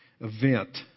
event